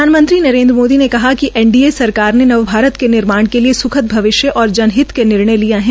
प्रधानमंत्री मंत्री नरेन्द्र मोदी ने कहा है कि एनडीए सरकार ने नव भारत के निर्माण के लिए सुखद भविष्य और जनहित के निर्णय लिए है